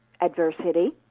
adversity